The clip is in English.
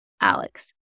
Alex